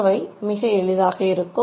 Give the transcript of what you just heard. மற்றவை மிக எளிதாக இருக்கும்